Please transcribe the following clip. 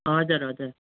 हजुर हजुर